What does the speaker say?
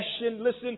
listen